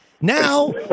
Now